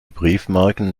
briefmarken